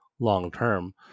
long-term